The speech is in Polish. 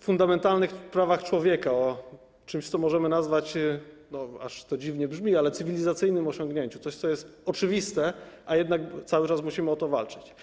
fundamentalnych prawach człowieka, o czymś, co możemy nazwać - aż to dziwnie brzmi - cywilizacyjnym osiągnięciem, czymś, co jest oczywiste, a jednak cały czas musimy o to walczyć.